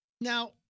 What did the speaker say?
Now